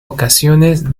ocasiones